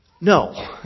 No